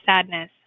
sadness